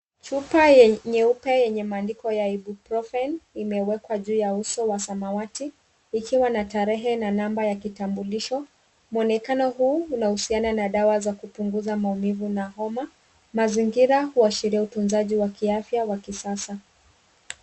Chupa nyeupe yenye maandiko ya Ibuprofen imewekwa juu ya uso wa samawati, ikiwa na tarehe na namba ya kitambulisho. Mwonekano huu unahusiana na dawa za kupunguza maumivu na homa. Mazingira huashiria utunzaji wa kiafya wa kisasa.